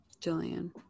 Jillian